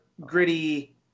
gritty